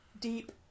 deep